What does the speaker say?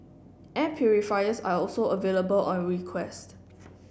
air purifiers are also available on request